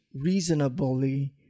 reasonably